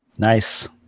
Nice